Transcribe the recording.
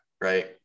right